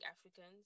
Africans